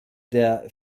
der